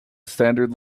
standard